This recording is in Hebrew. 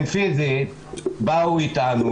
הם פיזית באו אתנו,